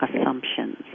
assumptions